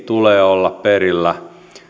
tulee olla perillä